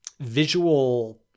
visual